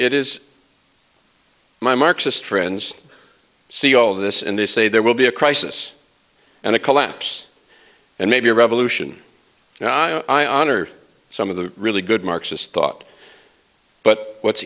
it is my marxist friends see all this and they say there will be a crisis and a collapse and maybe a revolution and i honor some of the really good marxist thought but what's